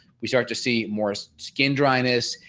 we start to see more skin dryness,